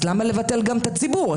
אז למה לבטל גם את הציבור?